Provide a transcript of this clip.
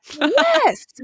Yes